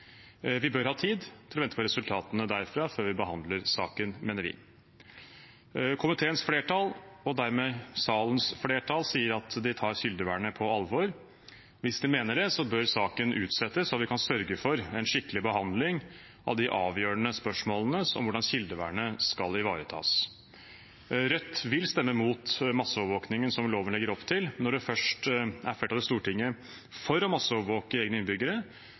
Vi bør ha tid til å vente på resultatene derfra før vi behandler saken, mener vi. Komiteens flertall, og dermed salens flertall, sier at de tar kildevernet på alvor. Hvis de mener det, bør saken utsettes, så vi kan sørge for en skikkelig behandling av de avgjørende spørsmålene om hvordan kildevernet skal ivaretas. Rødt vil stemme mot masseovervåkingen som loven legger opp til. Når det først er flertall i Stortinget for å masseovervåke egne innbyggere,